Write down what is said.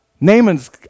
Naaman's